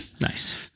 nice